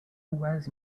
was